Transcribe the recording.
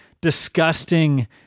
disgusting